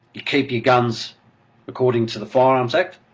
you keep your guns according to the firearms act.